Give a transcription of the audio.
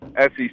SEC